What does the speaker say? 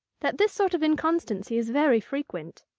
that this sort of inconstancy is very frequent.